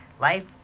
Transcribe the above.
Life